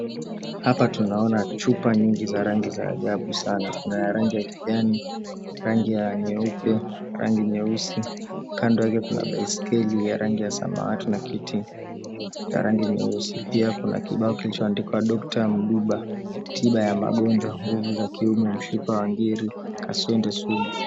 Hapa tunaona chupa nyingi za rangi ya ajabu sana kuna rangi ya kijani, rangi ya nyeupe, rangi ya nyeusi, kando yake kuna baiskeli ya rangi ya samawati na kiti cha rangi nyeusi. Pia kibao kilichoandikwa, Dokta Mudiba, Tiba ya magonjwa ya nguvu za kiume, mshipa wa ngiri na kaswende sugu.